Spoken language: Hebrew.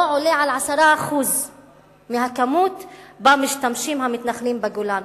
עולה על 10% מהכמות שבה משתמשים המתנחלים בגולן,